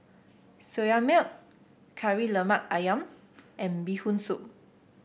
Soya Milk Kari Lemak ayam and Bee Hoon Soup